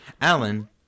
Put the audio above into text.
Alan